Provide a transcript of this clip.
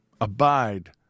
Abide